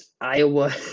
Iowa